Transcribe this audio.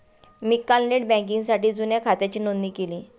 मी काल नेट बँकिंगसाठी जुन्या खात्याची नोंदणी केली